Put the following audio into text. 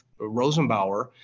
Rosenbauer